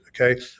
Okay